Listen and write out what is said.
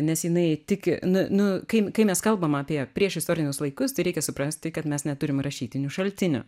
nes jinai tik nu nu kai kai mes kalbam apie priešistorinius laikus tai reikia suprasti kad na mes neturim rašytinių šaltinių